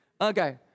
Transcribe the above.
Okay